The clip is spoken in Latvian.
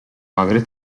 agri